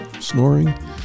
snoring